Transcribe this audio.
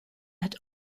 had